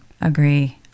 agree